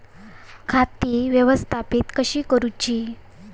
खाती व्यवस्थापित कशी करूची?